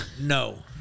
No